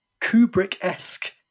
Kubrick-esque